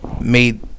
made